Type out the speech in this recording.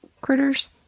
critters